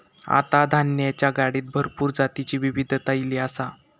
आता धान्याच्या गाडीत भरपूर जातीची विविधता ईली आसा